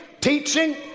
teaching